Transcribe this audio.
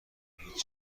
هیچ